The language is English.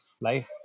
life